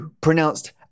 pronounced